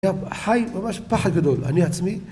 היה חי ממש פחד גדול. אני עצמי...